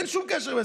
אין שום קשר.